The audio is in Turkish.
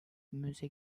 müze